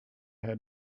had